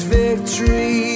victory